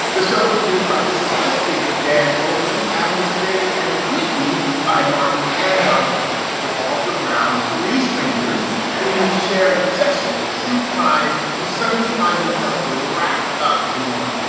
the show is produced by this is us creator, dan fogelman and was created and written by martin and john hoffman. it revolves around three strangers who share an obsession with true crime, who suddenly find themselves wrapped up in one.